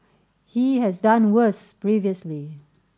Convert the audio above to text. he has done worse previously